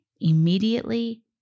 immediately